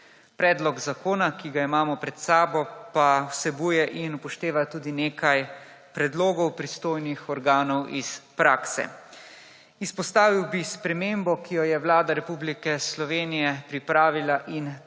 Predlog zakona, ki ga imamo pred sabo, pa vsebuje in upošteva tudi nekaj predlogov pristojnih organov iz prakse. Izpostavil bi spremembo, ki jo je Vlada Republike Slovenije pripravila in